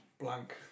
blank